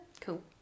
Cool